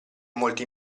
molti